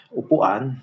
upuan